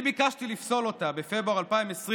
אני ביקשתי לפסול אותה בפברואר 2020,